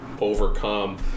overcome